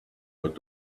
but